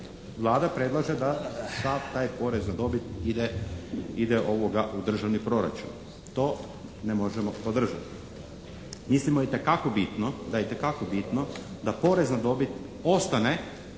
Vlada predlaže da sav taj porez na dobit ide u državni proračun. To ne možemo podržati. Mislimo itekako bitno, da je itekako